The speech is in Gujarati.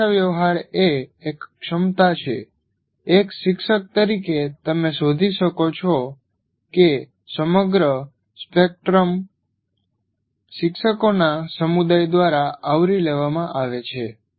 સંદેશાવ્યવહાર એ એક ક્ષમતા છે એક શિક્ષક તરીકે તમે શોધી શકો છો કે સમગ્ર સ્પેક્ટ્રમ ખૂબ જ નબળી થી ખૂબ જ સારી શિક્ષકોના સમુદાય દ્વારા આવરી લેવામાં આવે છે